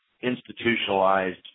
institutionalized